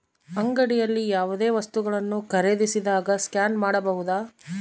ಅಂಗಡಿಯಲ್ಲಿ ಯಾವುದೇ ವಸ್ತುಗಳನ್ನು ಖರೇದಿಸಿದಾಗ ಸ್ಕ್ಯಾನ್ ಮಾಡಬಹುದಾ?